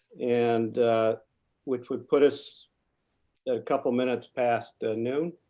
and which would put us a couple minutes past noon.